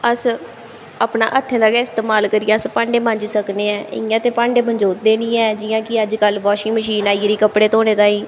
अस अपने हत्थें दा गै इस्तेमाल करियै अस भांडे मांजी सकने आं इ'यां ते भांडे मंजोंदे निं है जियां कि अजकल्ल वाशिंग मशीन आई गेदी कपड़े धोने ताईं